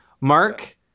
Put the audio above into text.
Mark